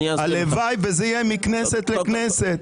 הלוואי וזה יהיה מכנסת לכנסת.